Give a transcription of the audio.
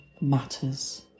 matters